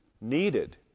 needed